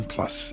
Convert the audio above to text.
Plus